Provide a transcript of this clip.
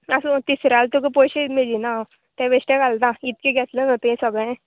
आसूं तिसऱ्या तुका पयशे मेजिना हांव ते बेश्टे घालता इतके घेतले न्हू तुवें सगळें